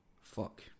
Fuck